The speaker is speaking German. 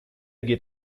geht